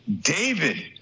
David